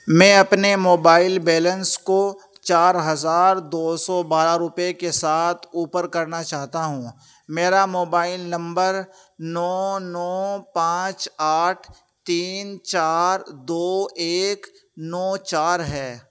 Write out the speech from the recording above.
میں اپنے mobile balance کو چار ہزار دو سو بارہ روپے کے ساتھ اوپر کرنا چاہتا ہوں میرا موبائل نمبر نو نو پانچ آٹھ تین چار دو ایک نو چار ہے